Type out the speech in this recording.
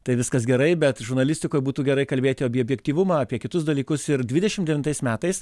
tai viskas gerai bet žurnalistikoj būtų gerai kalbėti objektyvumą apie kitus dalykus ir dvidešim devintais metais